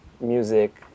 music